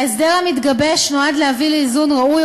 ההסדר המתגבש נועד להביא לאיזון ראוי